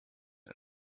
and